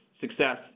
success